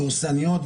דורסניות,